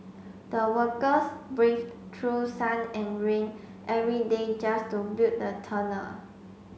the workers braved through sun and rain every day just to build the tunnel